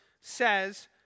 says